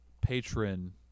patron